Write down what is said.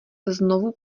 znovu